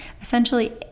essentially